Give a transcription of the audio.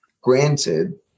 granted